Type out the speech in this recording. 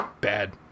bad